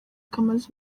kamaze